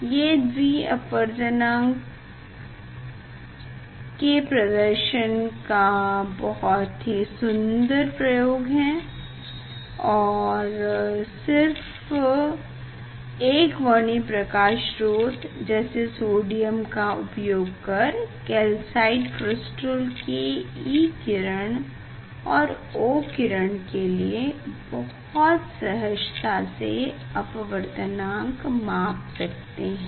ये द्वि अपवर्तन के प्रदर्शन का बहुत ही सुंदर प्रयोग है और कैसे सिर्फ एकवर्णी प्रकाश स्रोत जैसे सोडियम का उपयोग कर कैल्साइट क्रिस्टल के E किरण और O किरण के लिए बहुत सहजता से अपवर्तनांक माप सकते हैं